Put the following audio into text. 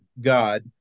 God